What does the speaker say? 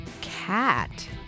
Cat